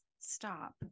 stop